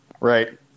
right